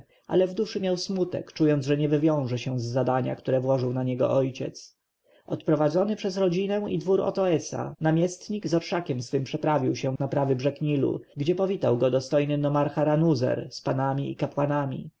ale w duszy miał smutek czując że nie wywiąże się z zadania które włożył na niego ojciec odprowadzony przez rodzinę i dwór otoesa namiestnik z orszakiem swym przeprawił się na prawy brzeg nilu gdzie powitał go dostojny nomarcha ranuzer z panami